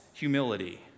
Humility